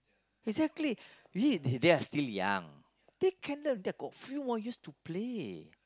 exactly be it they they are still young they can learn they're got few more years to play